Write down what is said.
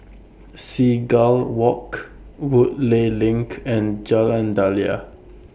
Seagull Walk Woodleigh LINK and Jalan Daliah